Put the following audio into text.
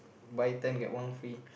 buy ten get one free